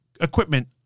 equipment